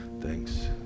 Thanks